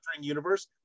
universe